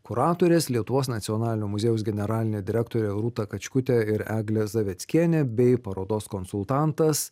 kuratorės lietuvos nacionalinio muziejaus generalinė direktorė rūta kačkutė ir eglė zaveckienė bei parodos konsultantas